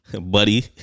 Buddy